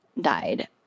died